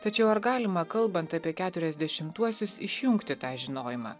tačiau ar galima kalbant apie keturiasdešimtuosius išjungti tą žinojimą